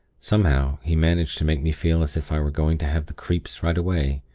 somehow, he managed to make me feel as if i were going to have the creeps right away.